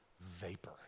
vapor